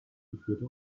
geführte